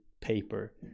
paper